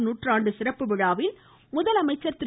சு நூற்றாண்டு சிறப்பு விழாவில் முதலமைச்சர் திரு